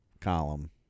column